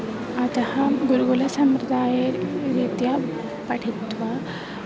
अतः गुरुकुलसम्प्रदाये रीत्या पठित्वा